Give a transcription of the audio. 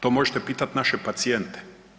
To možete pitat naše pacijente.